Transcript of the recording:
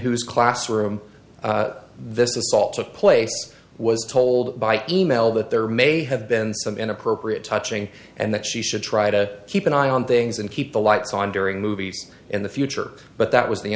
whose classroom this assault took place was told by e mail that there may have been some inappropriate touching and that she should try to keep an eye on things and keep the lights on during movies in the future but that was the